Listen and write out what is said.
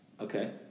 Okay